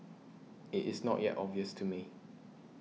it is not yet obvious to me